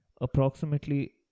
approximately